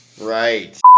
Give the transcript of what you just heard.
Right